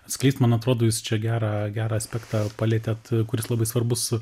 atskleist man atrodo jis čia gerą gerą aspektą palietėt kuris labai svarbus